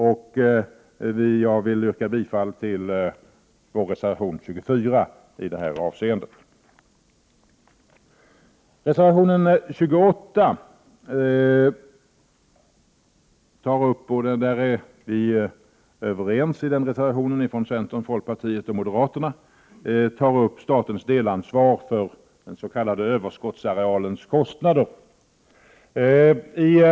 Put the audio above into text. Jag yrkar därför bifall till vår reservation 24. Centern, folkpartiet och moderaterna är överens när det gäller reservation 28. Där tas statens delansvar för den s.k. överskottsarealens kostnader upp.